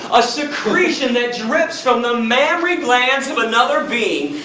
a secretion that drips from the mammary glands of another being,